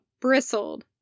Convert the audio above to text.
bristled